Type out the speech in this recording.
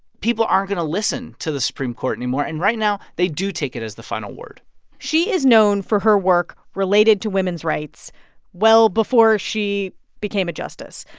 people aren't going to listen to the supreme court anymore. and right now they do take it as the final word she is known for her work related to women's rights well before she became a justice.